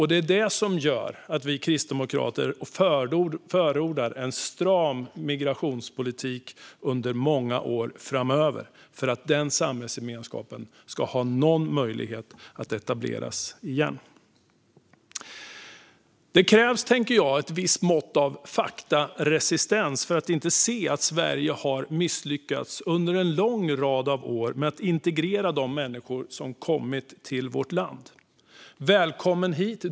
Det är detta som gör att vi kristdemokrater förordar en stram migrationspolitik under många år framöver, så att den samhällsgemenskapen ska ha någon möjlighet att etableras igen. Det krävs, tänker jag, ett visst mått av faktaresistens för att inte se att Sverige under en lång rad år har misslyckats med att integrera de människor som kommit till vårt land. "Välkommen hit!"